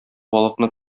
балыкны